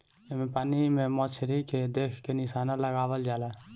एमे पानी में मछरी के देख के निशाना लगावल जाला